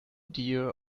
dear